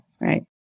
right